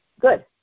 Good